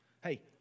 Hey